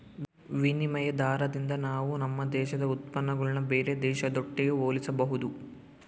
ವಿನಿಮಯ ದಾರದಿಂದ ನಾವು ನಮ್ಮ ದೇಶದ ಉತ್ಪನ್ನಗುಳ್ನ ಬೇರೆ ದೇಶದೊಟ್ಟಿಗೆ ಹೋಲಿಸಬಹುದು